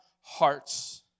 hearts